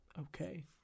okay